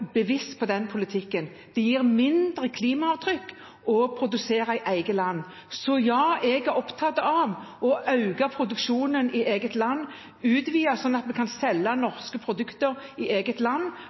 bevisst på den politikken. Det gir mindre klimaavtrykk å produsere i eget land. Så ja – jeg er opptatt av å øke produksjonen i eget land og utvide sånn at vi kan selge